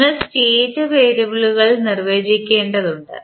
നിങ്ങൾ സ്റ്റേറ്റ് വേരിയബിളുകൾ നിർവചിക്കേണ്ടതുണ്ട്